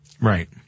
Right